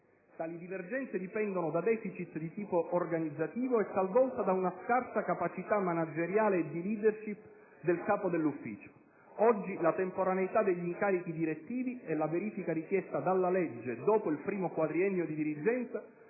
Tali divergenze dipendono da *deficit* di tipo organizzativo e, talvolta, da una scarsa capacità manageriale e di *leadership* del capo dell'ufficio. Oggi la temporaneità degli incarichi direttivi e la verifica richiesta dalla legge dopo il primo quadriennio di dirigenza